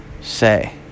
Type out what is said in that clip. Say